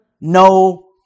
no